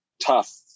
tough